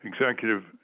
executive